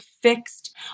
fixed